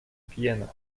vienna